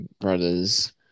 Brothers